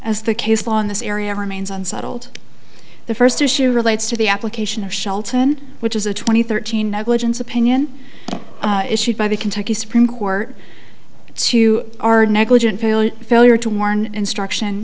as the case law in this area remains unsettled the first issue relates to the application of shelton which is a twenty thirteen negligence opinion issued by the kentucky supreme court to our negligent failure failure to warn instruction